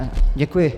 Děkuji.